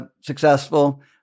successful